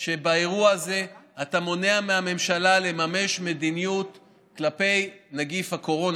שבאירוע הזה אתה מונע מהממשלה לממש מדיניות כלפי נגיף הקורונה.